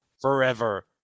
forever